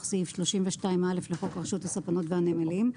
סעיף 32(א) לחוק רשות הספנות והנמלים,